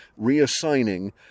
reassigning